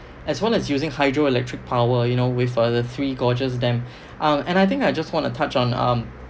as long as using hydroelectric power you know with the three gorges dam um and I think I just want to touch on um